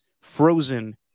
frozen